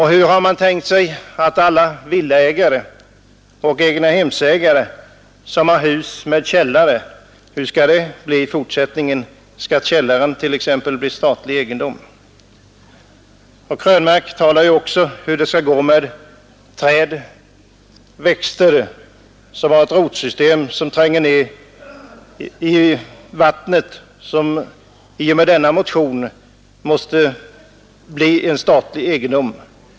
Hur har man tänkt sig att det skall bli i fortsättningen för alla villaägare och egnahemsägare? Skall exempelvis källaren vara statlig egendom? Herr Krönmark frågar hur det skall gå med träd och växter, som har ett rotsystem som tränger ned i grundvattnet. Dessa måste enligt motionen bli statlig egendom.